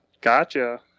Gotcha